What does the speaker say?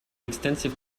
extensive